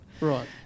Right